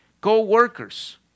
Co-workers